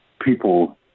people